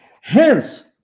Hence